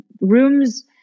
rooms